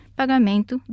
pagamento